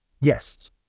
Yes